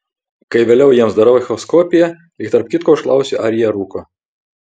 kai vėliau jiems darau echoskopiją lyg tarp kitko užklausiu ar jie rūko